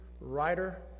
writer